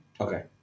Okay